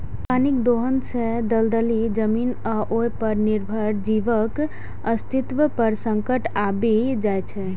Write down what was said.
पानिक दोहन सं दलदली जमीन आ ओय पर निर्भर जीवक अस्तित्व पर संकट आबि जाइ छै